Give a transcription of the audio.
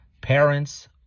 Parents